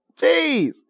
Jeez